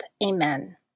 Amen